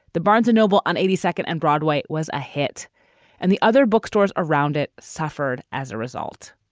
the barnes and noble on eighty second and broadway was a hit and the other bookstores around it suffered as a result